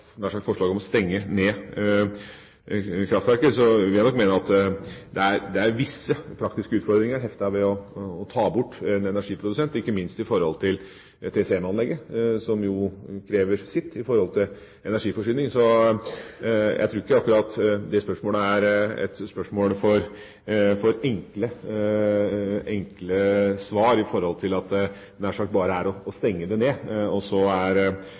sagt – om å stenge kraftverket, vil jeg nok mene at det er visse praktiske utfordringer heftet ved å ta bort en energiprodusent – ikke minst når det gjelder TCM-anlegget, som jo krever sitt med hensyn til energiforsyning. Så jeg tror ikke at det akkurat er et spørsmål for enkle svar – jeg hadde nær sagt – at det bare er å stenge det ned, og så er